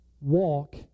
Walk